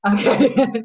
Okay